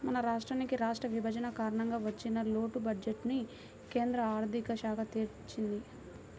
మన రాష్ట్రానికి రాష్ట్ర విభజన కారణంగా వచ్చిన లోటు బడ్జెట్టుని కేంద్ర ఆర్ధిక శాఖ తీర్చింది